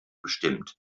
bestimmt